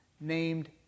named